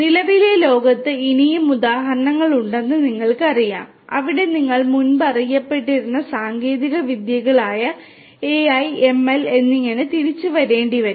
നിലവിലെ ലോകത്ത് ഇനിയും നിരവധി ഉദാഹരണങ്ങളുണ്ടെന്ന് നിങ്ങൾക്കറിയാം അവിടെ നിങ്ങൾ മുമ്പ് അറിയപ്പെട്ടിരുന്ന സാങ്കേതികവിദ്യകളായ AI ML എന്നിങ്ങനെ തിരിച്ചുവരേണ്ടിവരും